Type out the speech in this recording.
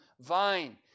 vine